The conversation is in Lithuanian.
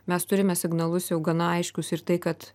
mes turime signalus jau gana aiškius ir tai kad